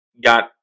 got